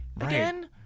again